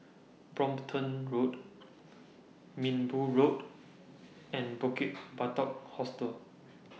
Brompton Road Minbu Road and Bukit Batok Hostel